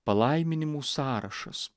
palaiminimų sąrašas